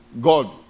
god